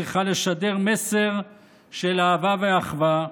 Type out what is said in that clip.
צריכה לשדר מסר של אהבה ואחווה,